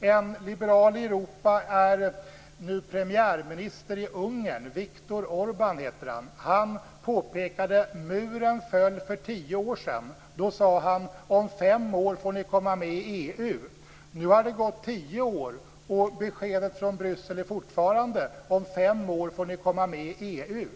En liberal i Europa är nu premiärminister i Ungern. Viktor Orbán heter han. Han påpekade att muren föll för tio år sedan och att man då sade att Ungern skulle få komma med i EU om fem år. Nu har det gått tio år, och beskedet från Bryssel är fortfarande att Ungern får komma med i EU om fem år.